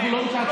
אנחנו לא בשעת